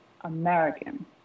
american